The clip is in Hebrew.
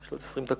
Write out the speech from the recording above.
יש לי עוד 20 דקות,